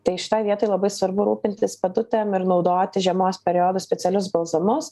tai štai vietoj labai svarbu rūpintis pėdutėm ir naudoti žiemos periodu specialius balzamus